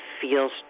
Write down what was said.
feels